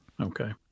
Okay